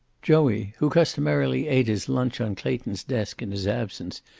joey, who customarily ate his luncheon on clayton's desk in his absence,